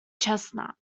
chestnut